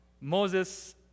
Moses